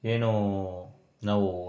ಏನು ನಾವು